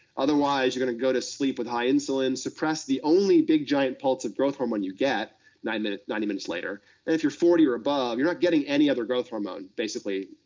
otherwise, you're going to go to sleep with high insulin, suppress the only big, giant pulse of growth hormone you get ninety minutes ninety minutes later. and if you're forty or above, you're not getting any other growth hormone, basically,